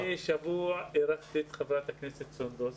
לפני שבוע אירחתי את חברת הכנסת סונדוס